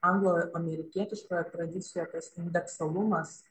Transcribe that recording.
anglo amerikietiškoje tradicijoje tas indeksalumas